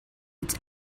its